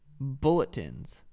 bulletins